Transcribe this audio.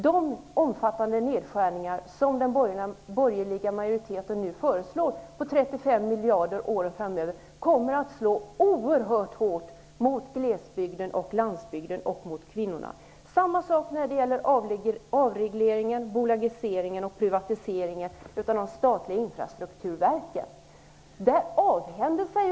De omfattande nedskärningar om 35 miljarder under åren framöver som den borgerliga majoriteten nu föreslår kommer att slå oerhört hårt mot glesbygden, landsbygden och kvinnorna. Detsamma gäller avregleringen, bolagiseringen och privatiseringen av de statliga infrastrukturverken.